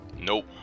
Nope